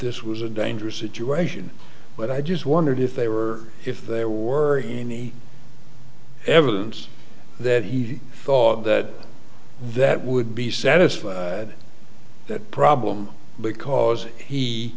this was a dangerous situation but i just wondered if they were if there were any evidence that he thought that that would be satisfied that problem because he